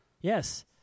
Yes